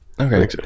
okay